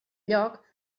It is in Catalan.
lloc